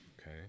Okay